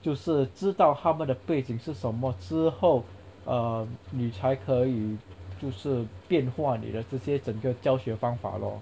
就是知道他们的背景是什么之后 um 你才可以就是变化你的这些整个教学方法咯